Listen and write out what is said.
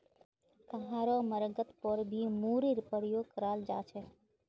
कहारो मर्गत पर भी मूरीर प्रयोग कराल जा छे